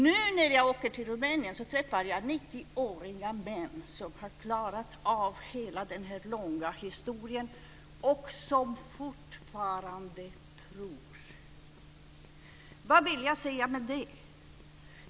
Nu när jag åker till Rumänien träffar jag 90-åriga män som har klarat av hela den här långa historien och som fortfarande tror. Vad vill jag säga med det?